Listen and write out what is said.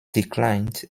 declined